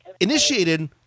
initiated